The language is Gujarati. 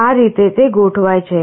આ રીતે તે ગોઠવાય છે